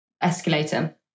escalator